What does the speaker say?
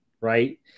Right